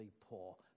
poor